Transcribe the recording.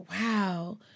wow